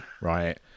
right